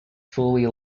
fully